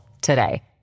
today